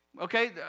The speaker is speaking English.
Okay